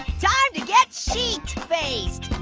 time to get sheet faced.